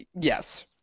Yes